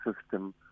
system